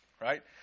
right